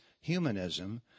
humanism